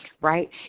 right